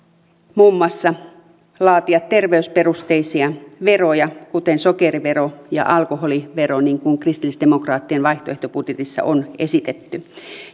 muun muassa laatia terveysperusteisia veroja kuten sokerivero ja alkoholivero niin kuin kristillisdemokraattien vaihtoehtobudjetissa on esitetty